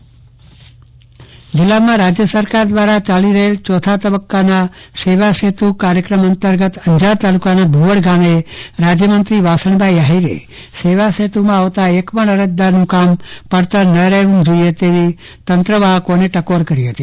સેવા સેતુ કાર્યક્રમ કચ્છ જિલ્લામાં રાજ્ય સરકાર દ્વારા ચાલી રહેલા ચોથા તબક્કાના સેવાસેતુ કાર્યક્રમ અંતર્ગત અંજાર તાલુકાના ભુવડ ગામે રાજ્યમંત્રી વાસણભાઈ આહીરે સેવાસેતુમાં આવતા એક પણ અરજદારનું કામ પડતર ન રહેવું જોઈએ તેવી તંત્રવાહકોને ખાસ ટકોર કરી હતી